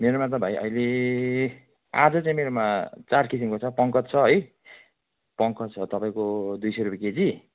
मेरोमा त भाइ अहिले आज चाहिँ मेरोमा चार किसिमको छ पङ्कज छ है पङ्कज छ तपाईँको दुई सय रुपियाँ केजी